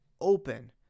open